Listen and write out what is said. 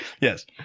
yes